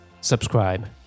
subscribe